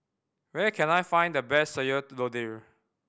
where can I find the best Sayur Lodeh